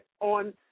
on